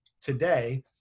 today